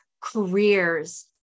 careers